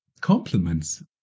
compliments